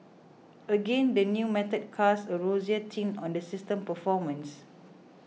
again the new method casts a rosier tint on the system's performance